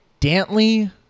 Dantley